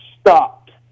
stopped